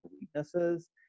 weaknesses